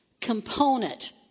component